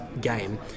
game